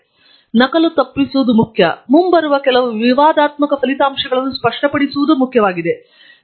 ಆದ್ದರಿಂದ ನಕಲು ತಪ್ಪಿಸುವುದು ಮುಖ್ಯ ಮತ್ತು ಮುಂಬರುವ ಕೆಲವು ವಿವಾದಾತ್ಮಕ ಫಲಿತಾಂಶಗಳನ್ನು ಸ್ಪಷ್ಟಪಡಿಸುವುದು ಮುಖ್ಯವಾಗಿದೆ